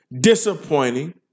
disappointing